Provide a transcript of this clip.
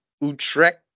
Utrecht